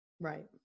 right